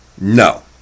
no